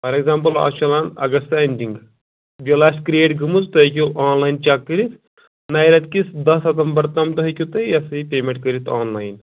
for example as چَلان August ending جُلائی آسہِ کِرٛییٹ گٲمٕژ تُہۍ ہیٚکِو آن لاین چیک کٔرِتھ نَیہِ رٮ۪تہٕ کِس دَہ سَتمبر تام تہِ ہیٚکِو تُہۍ یہِ ہسا یہِ پیمٮ۪نٛٹ کٔرِتھ آن لاین